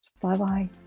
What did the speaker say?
Bye-bye